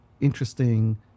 interesting